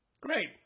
Great